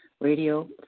radio